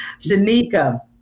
Shanika